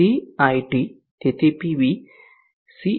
c ir તેથી PV